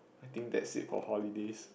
I think that's it for holidays